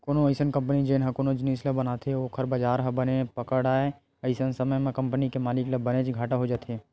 कोनो अइसन कंपनी जेन ह कोनो जिनिस ल बनाथे अउ ओखर बजार ह बने नइ पकड़य अइसन समे म कंपनी के मालिक ल बनेच घाटा हो जाथे